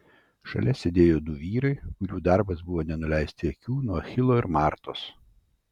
šalia sėdėjo du vyrai kurių darbas buvo nenuleisti akių nuo achilo ir martos